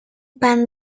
pan